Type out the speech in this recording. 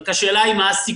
רק השאלה היא מה הסיכון.